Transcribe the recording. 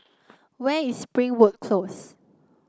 where is Springwood Close